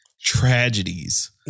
tragedies